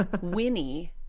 winnie